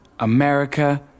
America